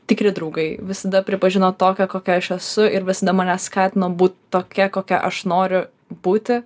tikri draugai visada pripažino tokią kokia aš esu ir visada mane skatino būt tokia kokia aš noriu būti